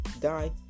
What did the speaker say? die